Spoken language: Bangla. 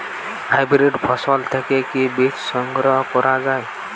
হাইব্রিড ফসল থেকে কি বীজ সংগ্রহ করা য়ায়?